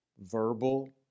verbal